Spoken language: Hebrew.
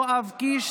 יואב קיש,